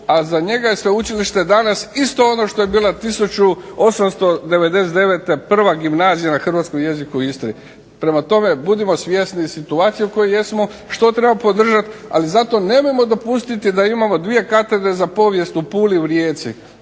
a za njega je sveučilište danas isto ono što je bila 1899. prva gimnazija na hrvatskom jeziku u Istri. Prema tome budimo svjesni situacije u kojoj jesmo, što trebamo podržati, ali zato nemojmo dopustiti da imamo dvije katedre za povijest u Puli i Rijeci,